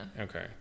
Okay